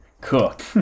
Cook